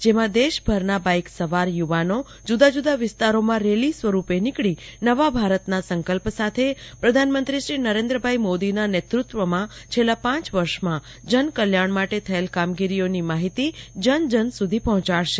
જેમાં દેશભરના બાઇક સવાર યુવાનો જુદા જુદા વિસ્તારોમાં રેલી સ્વરૂપે નીકળી નવા ભારતના સંકલ્પ સાથે પ્રધાનમંત્રીશ્રી નરેન્દ્રભાઇ મોદીના નેતૃત્વમાં છેલ્લા પાંચ વર્ષમાં જનકલ્યાણ માટે થયેલ કામગીરીઓની માહિતી જનજન સુધી પહોચાડશે